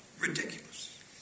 ridiculous